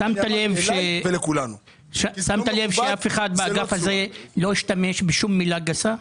שמת לב שאף אחד באגף הזה לא השתמש בשום מילה גסה?